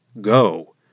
Go